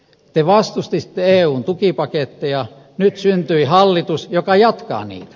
te vastustitte eun tukipaketteja nyt syntyi hallitus joka jatkaa niitä